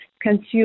consume